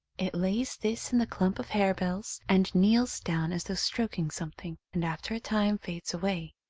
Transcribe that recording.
it lays this in the clump of harebells and kneels down as though stroking something, and after a time fades away.